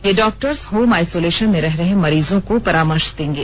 ये doctors home isolation में रह रहे मरीजों को परामर्श देंगे